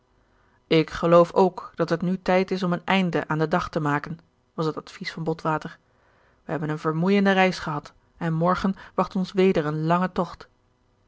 ik geloof ook dat het nu tijd is om een einde aan den dag te maken was het advies van botwater wij hebben een vermoeiende reis gehad en morgen wacht ons weder een lange tocht